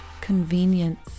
convenience